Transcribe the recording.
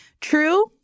True